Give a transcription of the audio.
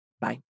Bye